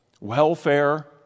welfare